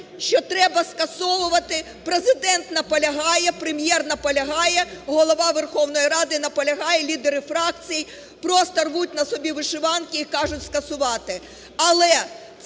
що треба скасовувати, Президент наполягає, Прем'єр наполягає, Голова Верховної Ради наполягає, лідери фракцій просто рвуть на собі вишиванки і кажуть скасувати.